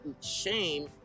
shame